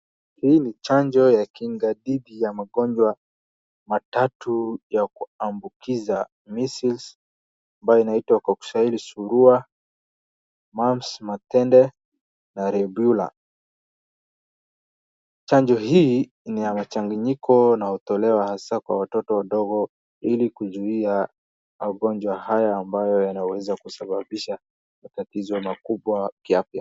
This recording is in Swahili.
Hii ni chanjo ya kinga dhidi ya magonjwa matatu ya kuambukiza Measles ambayo inaitwa kwa kiswahili surua, Mumps matende na Rubella . Chanjo hii ni ya mchanganyiko inayotolewa hasaa kwa watoto wadogo ili kuzuia magonjwa haya ambayo yanaweza kusababisha matatizo makubwa kiafya.